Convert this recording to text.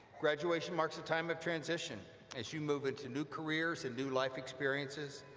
graduation marks a time of transition as you move into new careers and new life experiences.